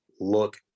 look